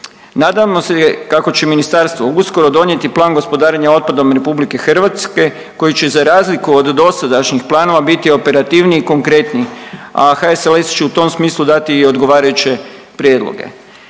Nadamo se kako će ministarstvo uskoro donijeti Plan gospodarenja otpadom RH koji će za razliku od dosadašnjih planova biti operativniji i konkretniji, a HSLS će u tom smislu dati i odgovarajuće prijedloge.